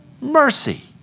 mercy